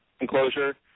enclosure